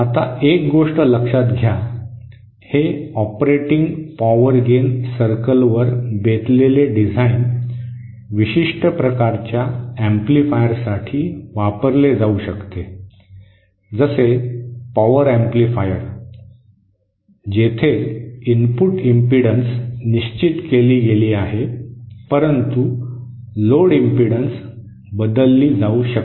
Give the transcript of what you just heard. आता एक गोष्ट लक्षात घ्या हे ऑपरेटिंग पॉवर गेन सर्कल वर बेतलेले डिझाइन विशिष्ट प्रकारच्या एम्पलीफायरसाठी वापरले जाऊ शकते जसे पॉवर एम्प्लीफायर जेथे इनपुट इम्पिडन्स निश्चित केली गेली आहे परंतु लोड इम्पिडन्स बदलली जाऊ शकते